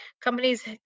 companies